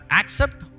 accept